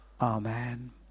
Amen